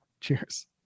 Cheers